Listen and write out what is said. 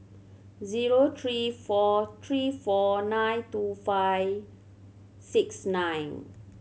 zero three four three four nine two five six nine